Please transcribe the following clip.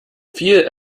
viel